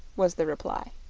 was the reply.